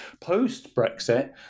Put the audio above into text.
Post-Brexit